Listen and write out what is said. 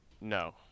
no